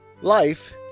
Life